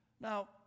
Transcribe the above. Now